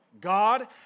God